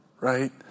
right